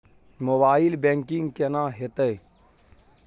Mobile banking केना हेते?